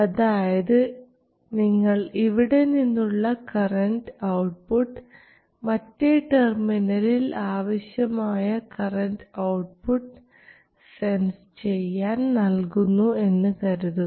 അതായത് നിങ്ങൾ ഇവിടെ നിന്നുള്ള കറൻറ് ഔട്ട്പുട്ട് മറ്റേ ടെർമിനലിൽ ആവശ്യമായ കറൻറ് ഔട്ട്പുട്ട് സെൻസ് ചെയ്യാൻ നൽകുന്നു എന്നു കരുതുക